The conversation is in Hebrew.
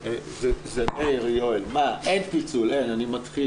זה לא סתם שאף אחד מהקואליציה לא מגיע,